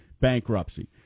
bankruptcy